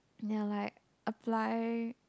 they're like apply